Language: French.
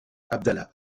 abdallah